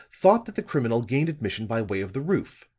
thought that the criminal gained admission by way of the roof.